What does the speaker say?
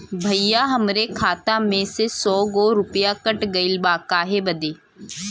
भईया हमरे खाता में से सौ गो रूपया कट गईल बा काहे बदे?